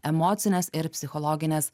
emocinės ir psichologinės